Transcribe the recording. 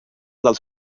dels